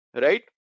right